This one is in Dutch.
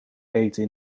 eten